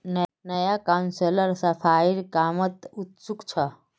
नया काउंसलर सफाईर कामत उत्सुक छ